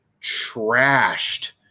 trashed